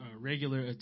regular